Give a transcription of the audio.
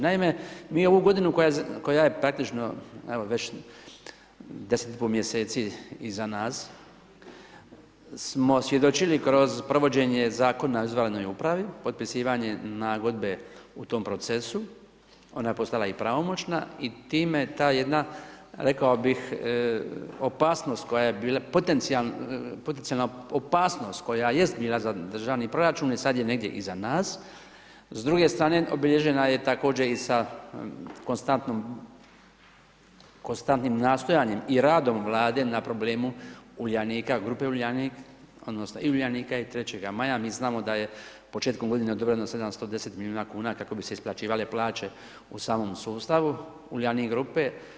Naime, mi ovu godinu koja je praktično evo već 10 i po mjeseci iza nas smo svjedočili kroz provođenje zakona o državnoj upravi, potpisivanje nagodbe u tom procesu ona je postala i pravomoćna i time ta jedna rekao bih opasnost koja je bila, potencijalna opasnost koja jest bila za Državni proračun e sad je negdje iza nas, s druge strane obilježena je također i s konstantnim nastojanjem radom Vlade na problemu Uljanika, grupe Uljanik, odnosno i Uljanika i 3. maja, mi znamo da je početkom godine odobreno 710 milijuna kuna kako bi se isplaćivale plaće u samom sustavu Uljanik grupe.